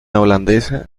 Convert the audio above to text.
holandesa